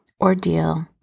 ordeal